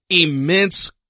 immense